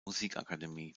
musikakademie